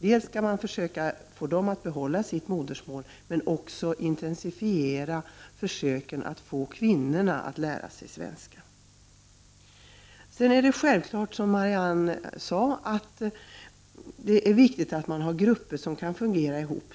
Dels bör man försöka att få dem att behålla sitt modersmål, dels intensifiera försöken att få kvinnor att lära sig svenska. Det är självfallet viktigt att man har grupper som kan fungera ihop, som Marianne Andersson sade.